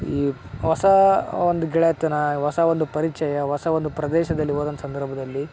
ಈ ಹೊಸ ಒಂದು ಗೆಳೆತನ ಹೊಸ ಒಂದು ಪರಿಚಯ ಹೊಸ ಒಂದು ಪ್ರದೇಶದಲ್ಲಿ ಹೋದಂಥ ಸಂದರ್ಭದಲ್ಲಿ